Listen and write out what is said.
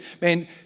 man